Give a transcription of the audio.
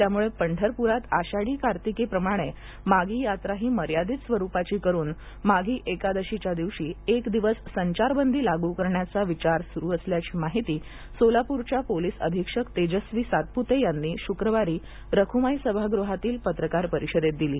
त्यामुळे पंढरपुरात आषाढी कार्तिकीप्रमाणे माघी यात्राही मर्यादित स्वरूपाची करून माघी एकादशी दिवशी एक दिवस संचारबंदी लागू करण्याचा विचार सुरू असल्याची माहिती सोलापूरच्या पोलिस अधीक्षक तेजस्वी सातपुते यांनी शुक्रवारी रखुमाई सभागृहातील पत्रकार परिषदेत दिली